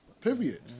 Period